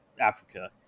Africa